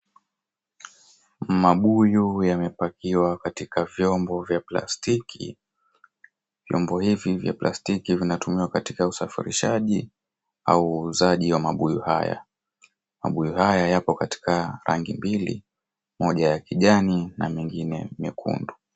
Mabuyu yamepakiwa katika vyombo vya plastiki. Vyombo hivi vya plastiki vinatumiwa katika usafirishaji au uuzaji wa mabuyu haya. Mabuyu haya yako katika rangi mbili; moja ya kijani na mengine mekundu.